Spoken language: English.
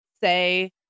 say